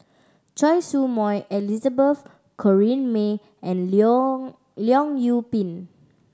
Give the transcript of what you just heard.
Choy Su Moi Elizabeth Corrinne May and Leong Leong Yoon Pin